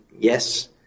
yes